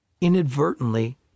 inadvertently